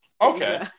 Okay